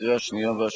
לקריאה שנייה ושלישית.